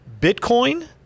Bitcoin